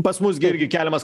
pas mus gi irgi keliamas